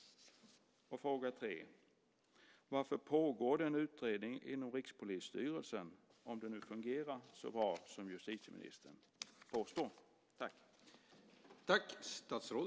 Varför pågår det en utredning inom Rikspolisstyrelsen om det nu fungerar så bra som justitieministern påstår?